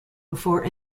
before